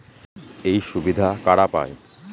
এই সুবিধা কারা পায়?